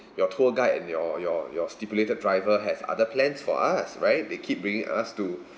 your tour guide and your your your stipulated driver has other plans for us right they keep bringing us to